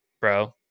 bro